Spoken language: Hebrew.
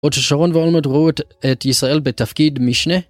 עוד ששרון ואולמרו ראו את ישראל בתפקיד משנה